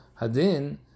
Hadin